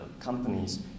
companies